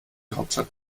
hauptstadt